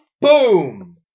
Boom